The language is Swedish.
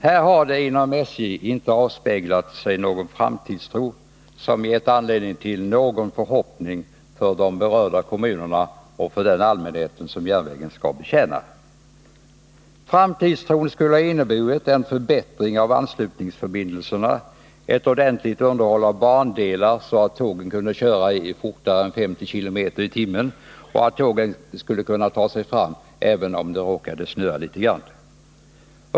Här har det inom SJ inte avspeglat sig någon framtidstro, som gett anledning till förhoppningar hos de berörda kommunerna och hos den allmänhet som järnvägen skall betjäna. En framtidstro skulle ha inneburit en förbättring av anslutningsförbindelserna, ett ordentligt underhåll av bandelar, så att tågen kunde köra fortare än med 50 km i timmen och ta sig fram även om det råkar snöa litet grand.